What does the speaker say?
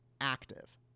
active